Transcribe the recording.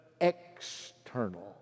external